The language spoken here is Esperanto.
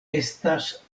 estas